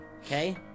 Okay